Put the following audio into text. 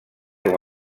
com